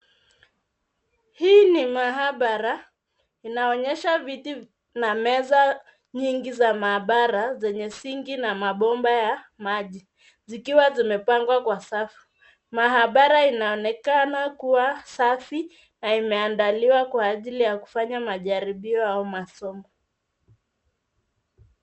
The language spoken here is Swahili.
Hii ni mahabara inaonyesha viti na meza nyingi za mabara zenye sinki na mabomba ya maji. Zikiwa zimepangwa kwa safu. Mahabara inaonekana kuwa safi na imeandaliwa kwa ajili ya kufanya majaribio au masomo.